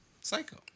Psycho